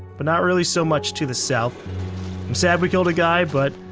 but not really so much to the south. i'm sad we killed a guy but.